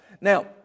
Now